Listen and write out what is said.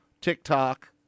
TikTok